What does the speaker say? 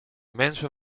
mensen